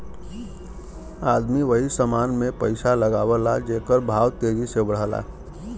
आदमी वही समान मे पइसा लगावला जेकर भाव तेजी से बढ़ला